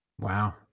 Wow